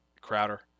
Crowder